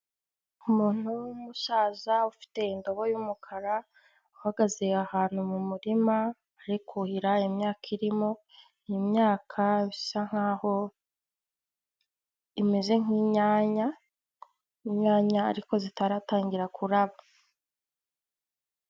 Umuntu w'umusaza ufite indobo y'umukara uhagaze ahantu mu murima ari kuhira iyo myaka irimo, imyaka bisa nk'aho imeze nk'inyanya, inyanya ariko zitaratangira kuraba.